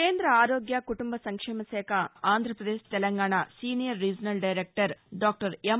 కేంద్ర ఆరోగ్య కుటుంబ సంక్షేమ శాఖ Andhra Pradesh Telangana senior regional director doctor ఎం